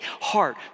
Heart